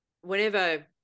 Whenever